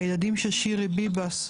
הילדים של שירי ביבס,